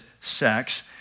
sex